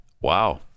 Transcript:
Wow